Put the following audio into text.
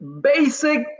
basic